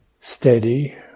steady